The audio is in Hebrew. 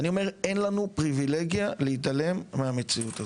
ואני אומר שאין לנו פריבילגיה להתעלם מהמציאות הזו.